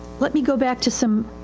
let me go back to some,